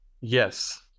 Yes